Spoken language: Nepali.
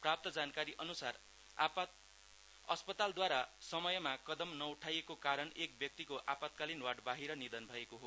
प्राप्त जानकारी अनुसार असपतालदवारा समयमा कदम नउठाइएको कारण एक व्यक्तिको आपातकालिन वार्ड बाहिर निधन भएको हो